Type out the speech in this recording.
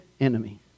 enemy